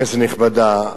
כנסת נכבדה,